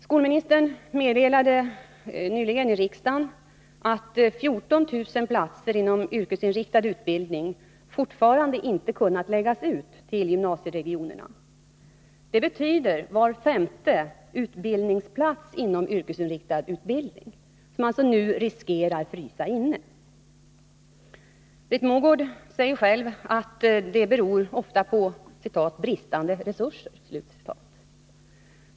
Skolministern meddelade nyligen i riksdagen att 14 000 platser inom yrkesinriktad utbildning forftarande inte kunnat läggas ut till gymnasieregionerna. Det betyder att var femte utbildningsplats inom yrkesinriktad utbildning riskerar att frysa inne. Fru Mogård säger själv att det ofta beror på ”bristande resurser”.